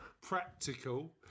practical